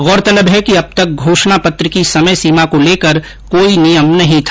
गौरतलब है कि अब तक घोषणा पत्र की समय सीमा को लेकर कोई नियम नहीं था